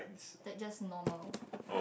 that just normal